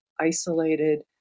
Isolated